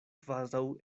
kvazaŭ